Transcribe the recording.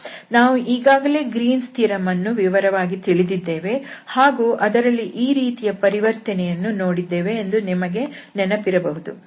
ನಾವು ಈಗಾಗಲೇ Green's theorem Green's theorem ಅನ್ನು ವಿವರವಾಗಿ ತಿಳಿದಿದ್ದೇವೆ ಹಾಗೂ ಅದರಲ್ಲಿ ಈ ರೀತಿಯ ಪರಿವರ್ತನೆಯನ್ನು ನೋಡಿದ್ದೇವೆ ಎಂದು ನಿಮಗೆ ನೆನಪಿರಬಹುದು